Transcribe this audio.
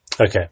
Okay